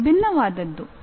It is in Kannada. ಇದು ವಿಭಿನ್ನವಾದದ್ದು